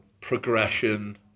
progression